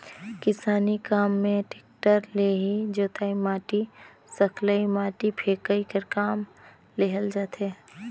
किसानी काम मे टेक्टर ले ही जोतई, माटी सकलई, माटी फेकई कर काम लेहल जाथे